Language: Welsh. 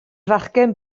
fachgen